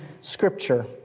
Scripture